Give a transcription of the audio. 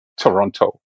toronto